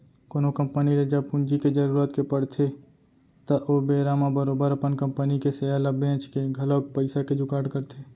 कोनो कंपनी ल जब पूंजी के जरुरत के पड़थे त ओ बेरा म बरोबर अपन कंपनी के सेयर ल बेंच के घलौक पइसा के जुगाड़ करथे